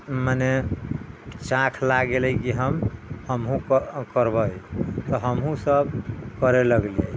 मने शौक लागि गेलै की हम हमहुँ करबै तऽ हमहुँ सब करय लगली